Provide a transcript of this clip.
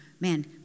man